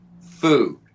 food